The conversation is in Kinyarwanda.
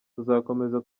tuzakomeza